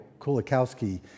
Kulikowski